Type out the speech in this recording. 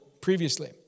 previously